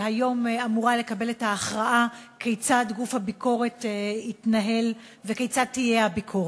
שהיום אמורה לקבל את ההכרעה כיצד גוף הביקורת יתנהל וכיצד תהיה הביקורת.